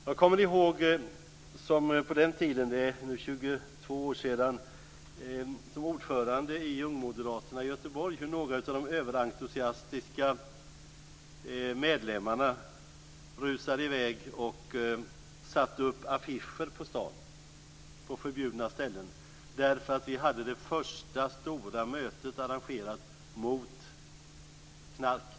Jag kommer ihåg för 22 år sedan, på den tiden när jag var ordförande i ungmoderaterna i Göteborg, hur några av de överentusiastiska medlemmarna rusade i väg och satte upp affischer på förbjudna ställen i staden när vi hade haft det första stora mötet arrangerat mot knarket.